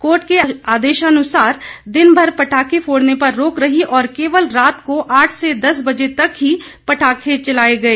court के आदेशानुसार दिनभर पटाखे फोड़ने पर रोक रही और केवल रात को आठ से दस बजे तक ही पटाखे चलाए गए